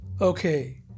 okay